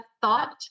thought